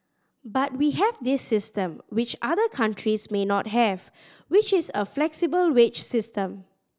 but we have this system which other countries may not have which is a flexible wage system